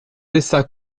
laissa